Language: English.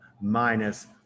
minus